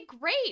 great